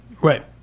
right